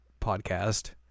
podcast